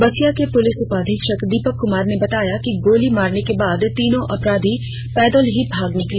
बसिया के पुलिस उपाधीक्षक दीपक कुमार ने बताया कि गोली मारने के बाद तीनों अपराधी पैदल ही भाग निकले